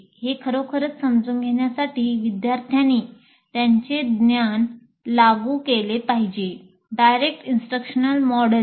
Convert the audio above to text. हे खरोखर समजून घेण्यासाठी विद्यार्थ्यांनी त्यांचे ज्ञान लागू केले पाहिजे डायरेक्ट इंस्ट्रक्शन मॉडेलच्या